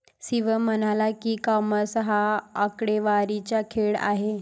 शिवम म्हणाला की, कॉमर्स हा आकडेवारीचा खेळ आहे